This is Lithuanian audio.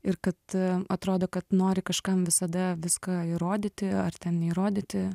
ir kad atrodo kad nori kažkam visada viską įrodyti ar ten neįrodyti